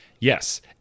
Yes